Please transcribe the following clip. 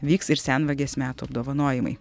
vyks ir senvagės metų apdovanojimai